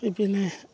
ইপিনে